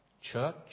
church